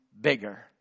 bigger